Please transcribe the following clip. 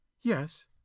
yes